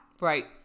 Right